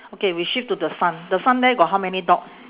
okay we shift to the sun the sun there got how many dog